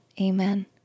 Amen